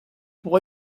pour